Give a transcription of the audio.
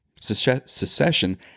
Secession